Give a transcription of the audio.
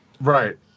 Right